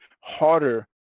harder